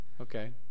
Okay